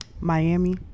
Miami